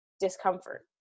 discomfort